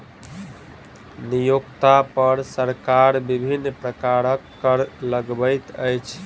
नियोक्ता पर सरकार विभिन्न प्रकारक कर लगबैत अछि